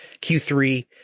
Q3